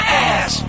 ass